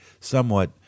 somewhat